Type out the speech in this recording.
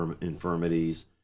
infirmities